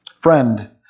Friend